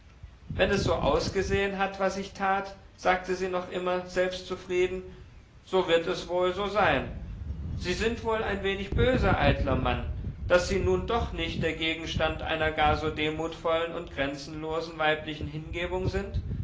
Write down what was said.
wenn es so ausgesehen hat was ich tat sagte sie noch immer selbstzufrieden so wird es wohl so sein sie sind wohl ein wenig böse eitler mann daß sie nun doch nicht der gegenstand einer gar so demutvollen und grenzenlosen weiblichen hingebung sind